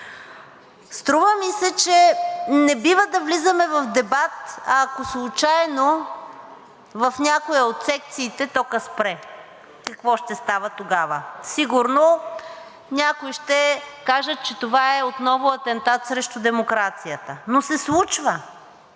Струва ми се, че не бива да влизаме в дебат, ако случайно в някоя от секциите токът спре. Какво ще става тогава? Сигурно някои ще кажат, че това отново е атентат срещу демокрацията, но се случва.